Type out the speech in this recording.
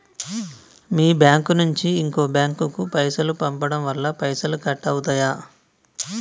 మీ bank నుంచి ఇంకో bank కు పైసలు పంపడం వల్ల పైసలు కట్ అవుతయా?